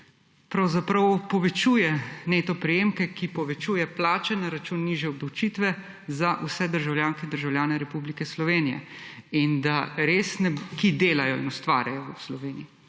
pravzaprav povečuje neto prejemke, ki povečuje plače na račun nižje obdavčitve za vse državljanke in državljane Republike Slovenije, ki delajo in ustvarjajo v Sloveniji,